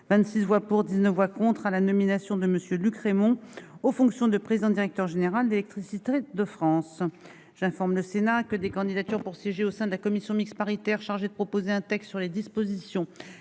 26 voix pour, 19 voix contre à la nomination de Monsieur Luc Rémont aux fonctions de président directeur général d'Électricité de France. Assemble Sénat que des candidatures pour siéger au sein de la commission mixte paritaire chargée de proposer un texte sur les dispositions